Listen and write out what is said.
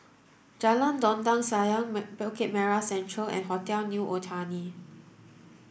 Jalan Dondang Sayang Bukit Merah Central and Hotel New Otani